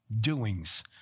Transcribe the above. doings